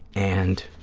and